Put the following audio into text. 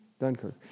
Dunkirk